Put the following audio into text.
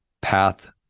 Path